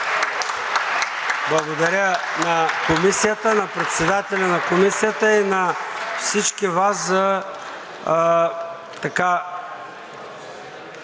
Благодаря на Комисията, на председателя на Комисията и на всички Вас за